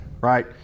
right